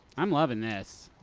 i'm loving this.